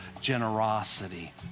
generosity